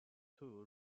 tool